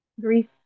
Grief